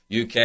UK